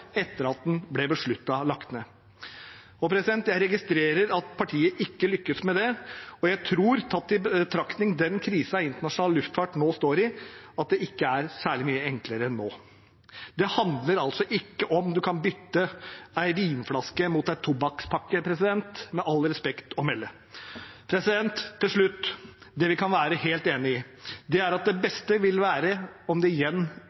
etter at den ble besluttet lagt ned. Jeg registrerer at partiet ikke lykkes med det, og jeg tror, tatt i betraktning den krisen internasjonal luftfart nå står i, at det ikke er særlig mye enklere nå. Det handler altså ikke om hvorvidt en kan bytte en vinflaske mot en tobakkspakke – med all respekt å melde. Til slutt: Det vi kan være helt enig i, er at det beste vil være om det igjen